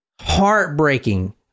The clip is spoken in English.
heartbreaking